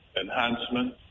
enhancement